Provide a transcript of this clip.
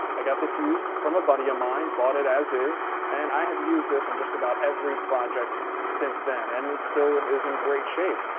i got this used from a buddy of mine, bought it as is and i have used this on just about every project since then and it still is in great shape.